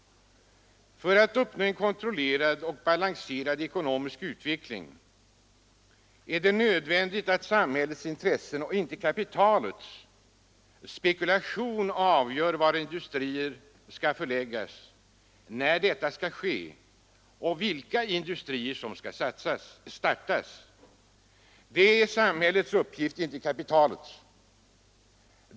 För att uppnå en kontrollerad och balanserad ekonomisk utveckling är det nödvändigt att samhällets intressen och inte kapitalets spekulation avgör var industrier skall förläggas, när detta skall ske och vilka industrier som skall startas. Det är samhällets uppgift, inte kapitalets.